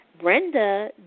Brenda